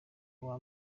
uwa